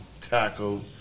tackle